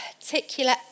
particular